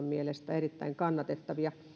erittäin kannatettavia